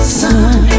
sun